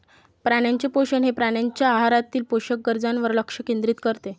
प्राण्यांचे पोषण हे प्राण्यांच्या आहारातील पोषक गरजांवर लक्ष केंद्रित करते